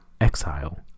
Exile